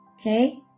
Okay